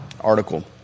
article